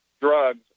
drugs